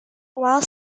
while